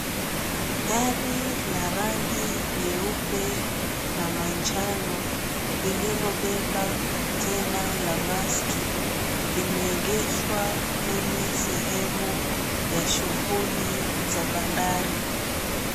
Gari la rangi nyeupe na manjano lililo beba konteina ya Maersk limeegeshwa kwenye sehemu ya shughuli za bandari.